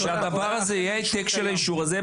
שיהיה בגן העתק של האישור הזה.